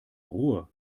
ruhe